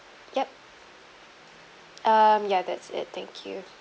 yup um ya that's it thank you